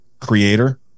creator